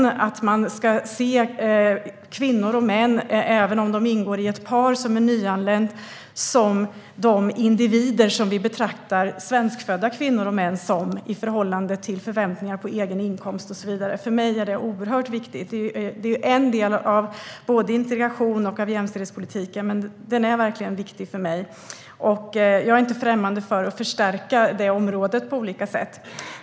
Man ska se kvinnor och män, även om de ingår i ett nyanlänt par, som de individer vi betraktar svenskfödda kvinnor och män som när det gäller förväntningar på egen inkomst och så vidare. För mig är detta oerhört viktigt; det är en del av både integrationspolitiken och jämställdhetspolitiken och viktigt för mig. Jag är inte främmande för att förstärka området på olika sätt.